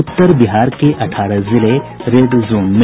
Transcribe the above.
उत्तर बिहार के अठारह जिले रेड जोन में